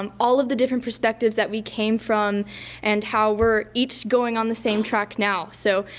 um all of the different perspectives that we came from and how we're each going on the same track now. so,